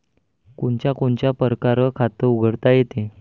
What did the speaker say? कोनच्या कोनच्या परकारं खात उघडता येते?